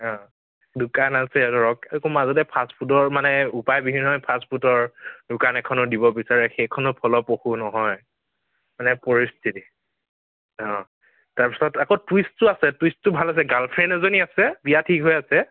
দোকান আছে ধৰক আকৌ মাজতে ফাষ্ট ফুডৰ মানে উপায়বিহীন হৈ ফাষ্ট ফুডৰ দোকান এখনো দিব বিচাৰে সেইখনো ফলপ্ৰসূ নহয় মানে পৰিস্থিতিত তাৰ পিছত আকৌ টুইষ্টটো আছে টুইষ্টটো ভাল আছে গাৰ্লফ্ৰেণ্ড এজনী আছে বিয়া ঠিক হৈ আছে